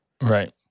Right